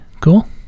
Cool